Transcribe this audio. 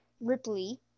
Ripley